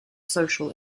social